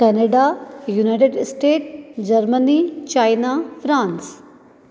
Canada united state Germany China France